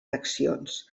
accions